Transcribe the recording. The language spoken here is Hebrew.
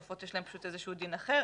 עופות יש להם דיון אחר.